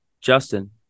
Justin